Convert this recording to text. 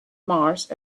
mars